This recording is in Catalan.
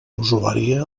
usuària